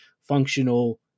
functional